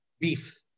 beef